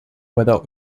whether